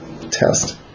test